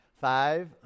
Five